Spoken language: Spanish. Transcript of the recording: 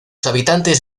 habitantes